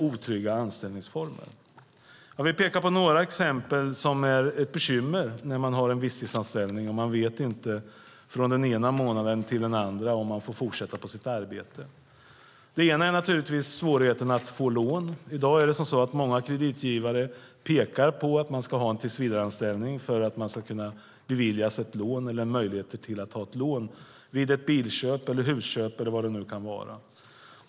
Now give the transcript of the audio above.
Jag vill peka på några exempel som utgör bekymmer vid en visstidsanställning där man inte vet från den ena månaden till den andra om man får fortsätta på sitt arbete. Ett sådant exempel är naturligtvis svårigheten att få lån. I dag pekar många kreditgivare på att man ska ha en tillsvidareanställning för att de ska bevilja ett lån vid bil eller husköp.